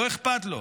לא אכפת לו.